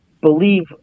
believe